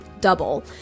double